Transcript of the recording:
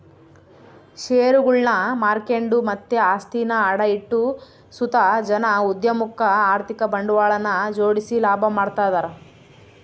ಷೇರುಗುಳ್ನ ಮಾರ್ಕೆಂಡು ಮತ್ತೆ ಆಸ್ತಿನ ಅಡ ಇಟ್ಟು ಸುತ ಜನ ಉದ್ಯಮುಕ್ಕ ಆರ್ಥಿಕ ಬಂಡವಾಳನ ಜೋಡಿಸಿ ಲಾಭ ಮಾಡ್ತದರ